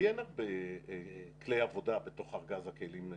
לי אין הרבה כלי עבודה בתוך ארגז הכלים שלי.